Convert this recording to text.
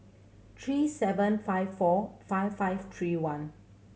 three seven five four five five three one